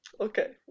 Okay